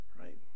right